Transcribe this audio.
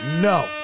No